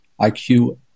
IQ